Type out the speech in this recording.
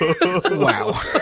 wow